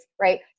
right